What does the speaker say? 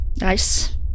Nice